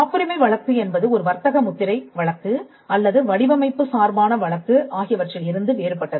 காப்புரிமை வழக்கு என்பது ஒரு வர்த்தக முத்திரை வழக்கு அல்லது வடிவமைப்பு சார்பான வழக்கு ஆகியவற்றில் இருந்து வேறுபட்டது